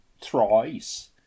thrice